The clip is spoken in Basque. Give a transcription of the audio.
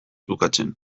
bukatzen